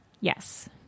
yes